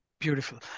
Beautiful